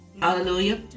Hallelujah